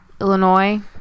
Illinois